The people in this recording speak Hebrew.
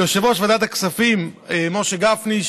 ליושב-ראש ועדת הכספים משה גפני,